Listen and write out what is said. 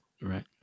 Right